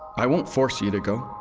i won't force you to go,